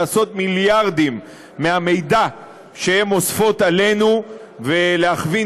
לעשות מיליארדים מהמידע שהן אוספות עלינו ולהכווין